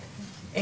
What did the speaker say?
כן.